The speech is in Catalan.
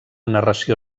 narració